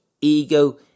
ego